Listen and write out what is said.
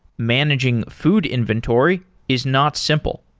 managing food inventory is not simple.